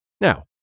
Now